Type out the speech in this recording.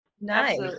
Nice